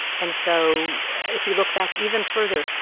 and so if you look back even further,